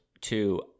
two